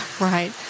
Right